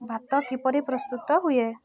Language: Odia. ଭାତ କିପରି ପ୍ରସ୍ତୁତ ହୁଏ